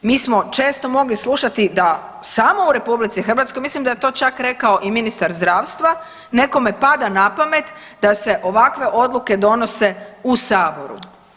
Mi smo često mogli slušati da samo u RH, mislim da je to čak rekao i ministar zdravstva, nekome pada na pamet da se ovakve odluke donose u Saboru.